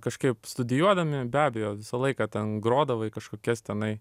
kažkaip studijuodami be abejo visą laiką ten grodavai kažkokias tenai